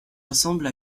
ressemble